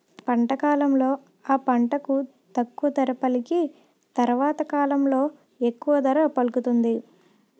పంట కాలంలో ఆ పంటకు తక్కువ ధర పలికి తరవాత కాలంలో ఎక్కువ ధర పలుకుతుంది